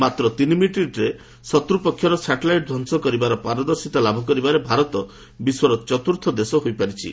ମାତ୍ର ତିନି ମିନିଟ୍ରେ ଶତ୍ର ପକ୍ଷର ସାଟେଲାଇଟ୍ ଧ୍ୱଂସ କରିପାରିବାର ପାରଦର୍ଶିତା ଲାଭ କରିବାରେ ଭାରତ ବିଶ୍ୱର ଚତୁର୍ଥ ଦେଶ ହୋଇପାରିଛି